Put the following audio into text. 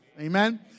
Amen